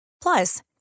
Plus